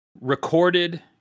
recorded